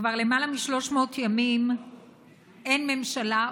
כבר למעלה מ-300 ימים אין ממשלה,